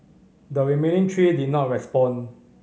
the remaining three did not respond